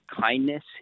kindness